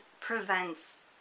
prevents